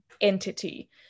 entity